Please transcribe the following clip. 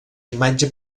imatge